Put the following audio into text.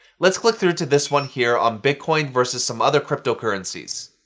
let's click through to this one here on bitcoin versus some other cryptocurrencies.